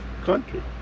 country